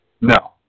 No